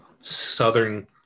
Southern